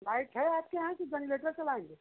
light है आपके यहाँ कि जगनेटर चलाएंगे